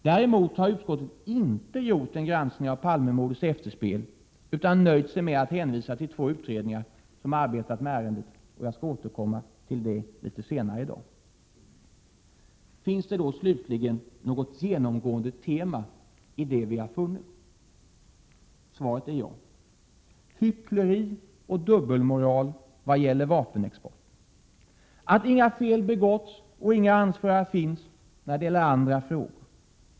Däremot har utskottet inte gjort en granskning av Palmemordets efterspel utan nöjt sig med att hänvisa till två utredningar som arbetat med ärendet. Jag skall återkomma till det litet senare i dag. Finns det då något genomgående tema i det som vi funnit? Svaret är ja. Hyckleri och dubbelmoral vad gäller vapenexporten. Att inga fel:begåtts och inga ansvariga finns när det gäller andra frågor.